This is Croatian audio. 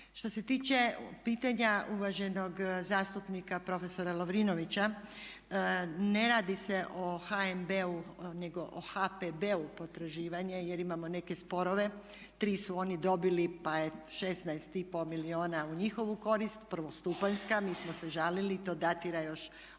Što se tiče pitanja uvaženog zastupnika prof. Lovrinovića ne radi se o HNB-u nego o HPB-u potraživanje jer imamo neke sporove. Tri su oni dobili pa je 16,5 milijuna u njihovu korist, prvostupanjska a mi smo se žalili i to datira još